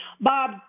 Bob